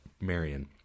Marion